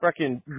freaking